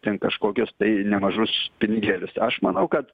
ten kažkokius tai nemažus pinigėlius aš manau kad